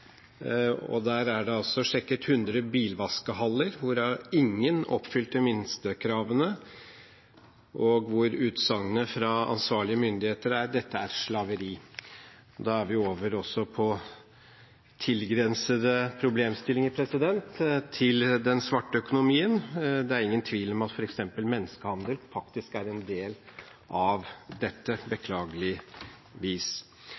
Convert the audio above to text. Der står det at man har sjekket 100 bilvaskehaller, hvorav ingen oppfylte minstekravene. Utsagnet fra ansvarlige myndigheter er: «Dette er slaveri.» Da er vi over også på tilgrensende problemstillinger til den svarte økonomien. Det er ingen tvil om at f.eks. menneskehandel er en del av dette,